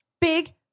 big